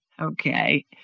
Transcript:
Okay